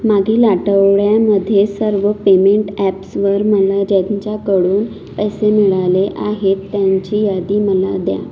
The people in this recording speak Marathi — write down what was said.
मागील आठवड्यामध्ये सर्व पेमेंट ॲप्सवर मला ज्यांच्याकडून पैसे मिळाले आहेत त्यांची यादी मला द्या